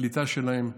הקליטה שלהם,